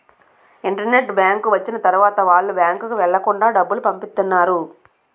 internet bank వచ్చిన తర్వాత వాళ్ళు బ్యాంకుకు వెళ్లకుండా డబ్బులు పంపిత్తన్నారు